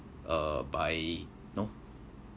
uh by you know